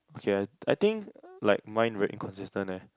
okay I I think like mine very inconsistent eh